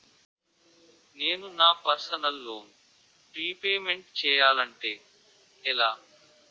నేను నా personal loan repayment చేయాలంటే ఎలా?